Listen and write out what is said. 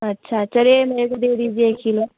अच्छा चलिए नहीं तो दे दीजिए एक किलो